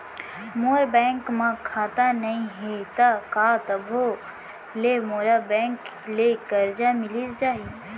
मोर bank म खाता नई हे त का तभो ले मोला बैंक ले करजा मिलिस जाही?